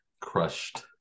crushed